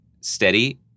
steady